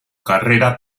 carrera